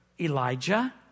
Elijah